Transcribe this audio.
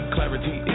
Clarity